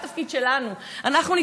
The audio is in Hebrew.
תעשו את התפקיד שלכם גם באולם,